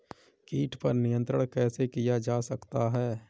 कीट पर नियंत्रण कैसे किया जा सकता है?